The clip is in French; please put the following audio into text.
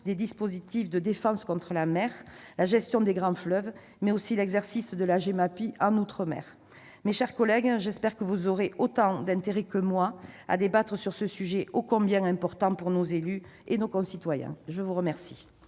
des dispositifs de défense contre la mer, la gestion des grands fleuves, mais aussi l'exercice de la Gemapi outre-mer. Mes chers collègues, j'espère que vous aurez autant d'intérêt que moi à débattre sur ce sujet ô combien important pour nos élus et pour nos concitoyens. La parole